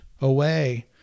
away